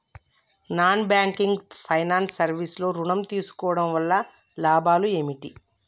Non banking finance service లో ఋణం తీసుకోవడం వల్ల లాభాలు ఏమిటి?